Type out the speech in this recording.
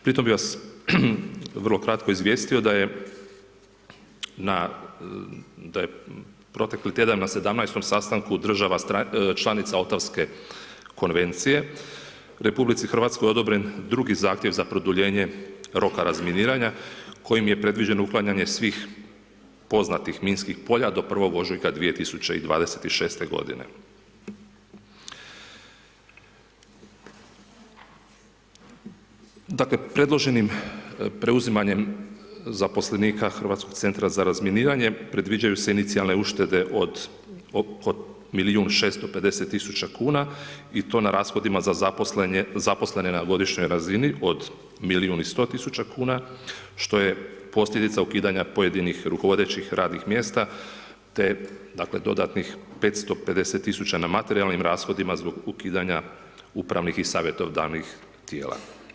Pri tome bi vas, vrlo kratko izvjestio, da je na, da je protekli tjedana na 17 sastanka država članica Otavske konvencije, RH odobren 23 zahtjev za produljenje roka razminiranja, kojim je predviđeno uklanjanje svih poznatih minskih polja do 1.ožujka 2026. g. Dakle, predloženim preuzimanjem zaposlenika Hrvatskog centra za razminiranje, predviđaju se inicijalne uštede od milijun i 650 tisuća kuna i to na rashodima za zaposlene na godišnjoj razini od milijun i 100 tisuća kuna, što je posljedica ukidanja pojedinih rukovodećih radnih mjesta, te dodatnih 550 tisuća na materijalnim rashodima zbog ukidanja upravnih i savjetodavnih tijela.